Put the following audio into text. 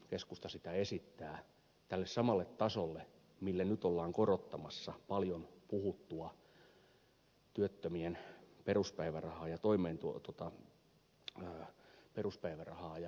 keskusta sitä esittää tälle samalle tasolle mille nyt ollaan korottamassa paljon puhuttua työttömien peruspäivärahaa ja työmarkkinatukea